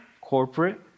corporate